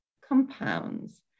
compounds